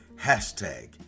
hashtag